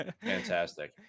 Fantastic